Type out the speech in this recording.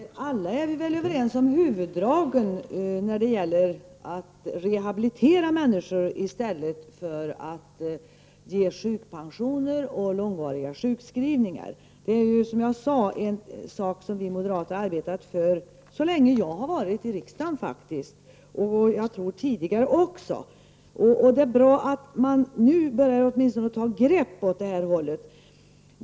Herr talman! Alla är vi väl överens om huvuddragen när det gäller att rehabilitera människor i stället för att ge sjukpension och långvariga sjukskrivningar. Det är som jag sade en sak som vi moderater arbetat för så länge jag har varit i riksdagen och tidigare också, tror jag. Det är bra att man nu åtminstone börjar ta sådana grepp.